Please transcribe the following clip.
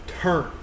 turn